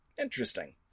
Interesting